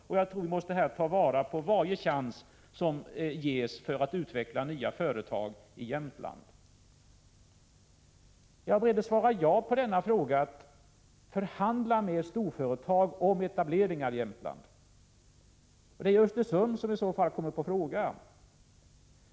Jag tror att vi måste ta vara på varje chans som ges att utveckla nya företag i Jämtland. Jag är beredd att svara ja på frågan om förhandlingar med storföretag om etableringar i Jämtland. Det är i så fall Östersund som kommer i fråga.